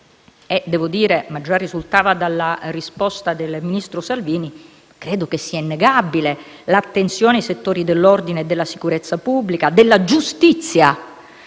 Devo dire, ma già risultava dalla risposta del ministro Salvini, che credo sia innegabile l'attenzione ai settori dell'ordine e della sicurezza pubblica, della giustizia,